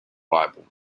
bible